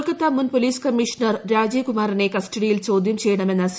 കൊൽക്കത്ത മുൻ police commissioner Rajeev കുമാറിനെ കസ്റ്റഡിയിൽ ചോദ്യം ചെയ്യണമെന്ന സി